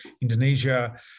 Indonesia